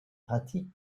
pratiques